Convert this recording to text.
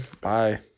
bye